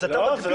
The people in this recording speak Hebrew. אז אתה מגדיר.